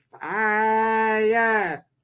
fire